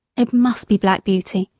it must be black beauty!